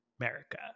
America